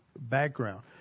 background